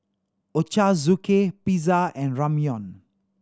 Ochazuke Pizza and Ramyeon